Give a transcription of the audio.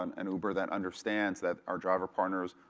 um an uber that understands that our driver partners,